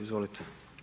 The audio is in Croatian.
Izvolite.